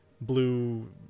blue